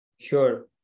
Sure